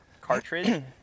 cartridge